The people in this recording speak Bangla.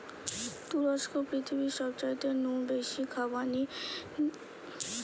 তুরস্ক পৃথিবীর সবচাইতে নু বেশি খোবানি বানানা দেশ যার পরেই ইরান আর আর্মেনিয়ার অবস্থান